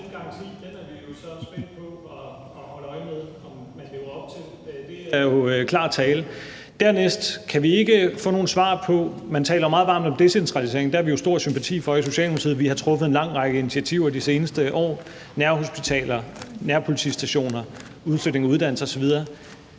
Den garanti er vi jo så spændt på at holde øje med om man lever op til. Det er jo klar tale. Dernæst: Man taler meget varmt om decentralisering. Det har vi jo stor sympati for i Socialdemokratiet. Vi har truffet en lang række initiativer de seneste år: nærhospitaler, nærpolitistationer, udflytning af uddannelser osv.